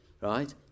right